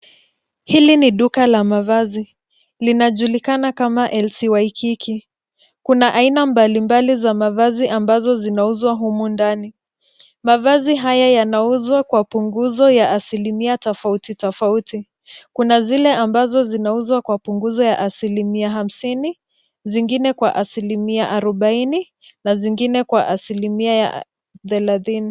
Hili nio duka la mavazi, linajulikana kama LC Waikiki. Kuna aina mbalimbali za mavazi ambazo zinauzwa humu ndani. Mavazi haya yanauzwa kwa punguzo za asilimia tofauti tofauti. Kuna zile ambazo zinauzwa kwa punguzo ya asilimia hamsini, zingine kwa asilimia arobaini na zingine kwa asilimia thelathini.